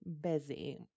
busy